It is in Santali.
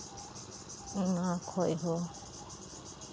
ᱚᱱᱟ ᱠᱷᱚᱡ ᱦᱚᱸ